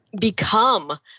become